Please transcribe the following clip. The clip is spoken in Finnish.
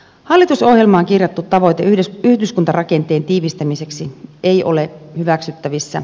hallitusohjelmaan kirjattu tavoite yhdyskuntarakenteen tiivistämiseksi ei ole hyväksyttävissä